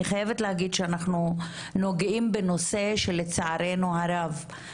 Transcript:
אני חייבת להגיד שאנחנו נוגעים בנושא שלצערנו הרב,